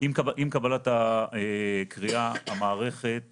עם קבלת הקריאה המערכת